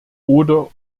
oder